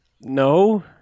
no